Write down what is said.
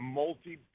multi